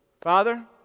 Father